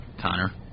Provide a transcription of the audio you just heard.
Connor